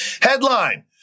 headline